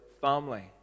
family